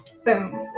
Boom